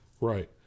Right